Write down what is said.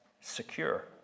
secure